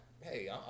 Hey